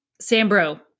Sambro